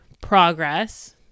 Progress